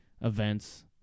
events